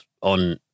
on